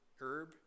herb